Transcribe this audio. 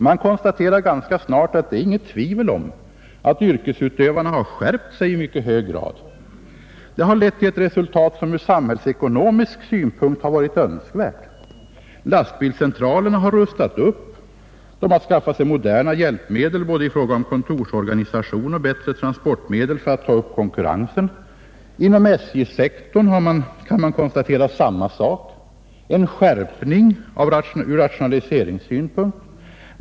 Man konstaterar ganska snart att det är inget tvivel om att yrkesutövarna har skärpt sig i mycket hög grad. Det har lett till ett resultat som ur samhällsekonomisk synpunkt har varit önskvärt. Lastbilscentralerna har rustat upp. De har skaffat sig moderna hjälpmedel både i fråga om kontorsorganisation och bättre transportmedel för att ta upp konkurrensen. Inom SJ-sektorn kan man konstatera samma sak: en skärpning ur rationaliseringssynpunkt.